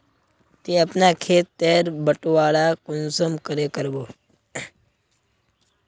ती अपना खेत तेर बटवारा कुंसम करे करबो?